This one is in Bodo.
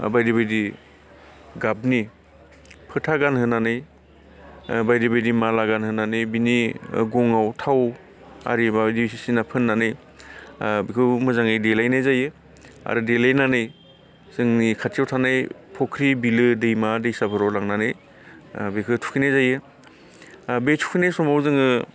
बायदि बायदि गाबनि फोथा गानहोनानै ओ बायदि बायदि माला गानहोनानै बिनि गङाव थाव आरि बायदिसिना फोननानै ओ बेखौ मोजाङै देलायनाय जायो आरो देलायनानै जोंनि खाथियाव थानाय फुख्रि बिलो दैमा दैसाफोराव लांनानै ओ बेखौ थुखैनाय जायो ओ बे थुखैनाय समाव जोङो